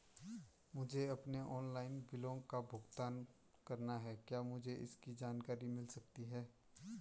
मुझे अपने ऑनलाइन बिलों का भुगतान करना है क्या मुझे इसकी जानकारी मिल सकती है?